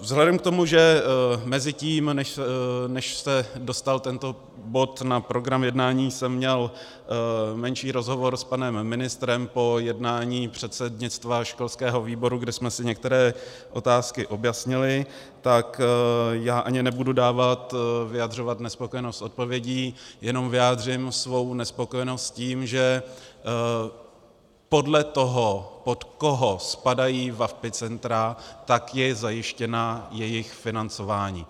Vzhledem k tomu, že mezitím, než se dostal tento bod na program jednání, jsem měl menší rozhovor s panem ministrem po jednání předsednictva školského výboru, kde jsme si některé otázky objasnili, tak ani nebudu dávat, vyjadřovat nespokojenost s odpovědí, jenom vyjádřím svou nespokojenost s tím, že podle toho, pod koho spadají VaVpI centra, tak je zajištěno jejich financování.